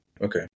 Okay